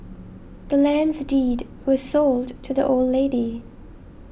the land's deed was sold to the old lady